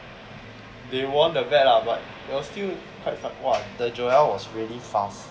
they won the bet lah but it was still quite fun !wah! the joel was really fast